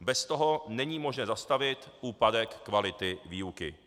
Bez toho není možné zastavit úpadek kvality výuky.